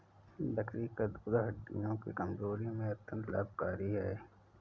बकरी का दूध हड्डियों की कमजोरी में अत्यंत लाभकारी है